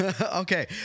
Okay